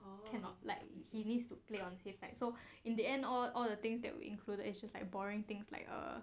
cannot like he needs to play on the safe side so in the end all all the things that were included issues like boring things like uh